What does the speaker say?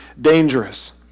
dangerous